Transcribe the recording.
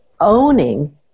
owning